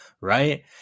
right